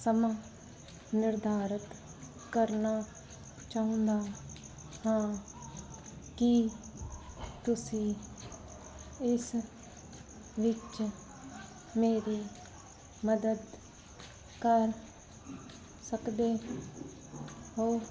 ਸਮਾਂ ਨਿਰਧਾਰਤ ਕਰਨਾ ਚਾਹੁੰਦਾ ਹਾਂ ਕੀ ਤੁਸੀਂ ਇਸ ਵਿੱਚ ਮੇਰੀ ਮਦਦ ਕਰ ਸਕਦੇ ਹੋ